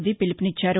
మోదీ పిలుపునిచ్చారు